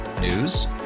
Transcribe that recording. News